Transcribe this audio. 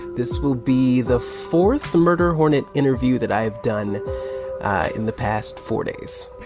this will be the fourth murder hornet interview that i've done in the past four days